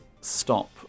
stop